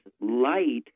light